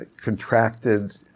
contracted